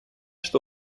что